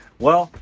well,